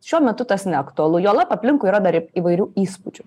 šiuo metu tas neaktualu juolab aplinkui yra dar įvairių įspūdžių